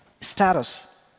status